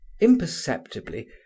Imperceptibly